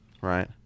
Right